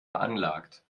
veranlagt